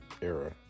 era